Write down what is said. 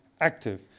active